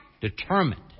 determined